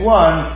one